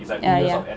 ya ya